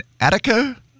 Attica